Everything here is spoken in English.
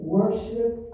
Worship